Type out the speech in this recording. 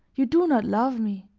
you do not love me.